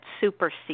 supersede